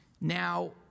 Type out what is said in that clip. Now